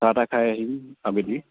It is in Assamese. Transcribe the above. চাহ তাহ খাই আহিম আবেলি